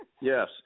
yes